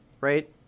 right